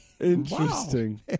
Interesting